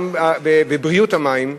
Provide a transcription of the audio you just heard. גם בריאות המים,